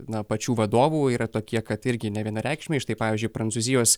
na pačių vadovų yra tokie kad irgi nevienareikšmiai štai pavyzdžiui prancūzijos